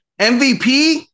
MVP